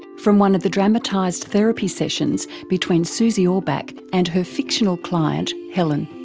from one of the dramatized therapy sessions between susie orbach and her fictional client helen.